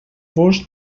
vos